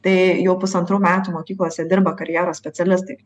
tai jau pusantrų metų mokyklose dirba karjeros specialistai